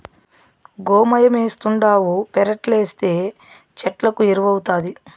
గోమయమేస్తావుండావు పెరట్లేస్తే చెట్లకు ఎరువౌతాది